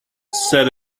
set